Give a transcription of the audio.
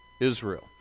Israel